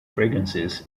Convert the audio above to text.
fragrances